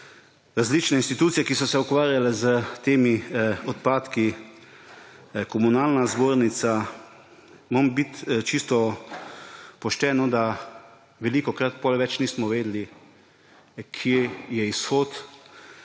različne institucije, ki so se ukvarjale s temi odpadki, komunalna zbornica. Moram biti čisto pošten, velikokrat potem nismo več vedeli, kje je izhod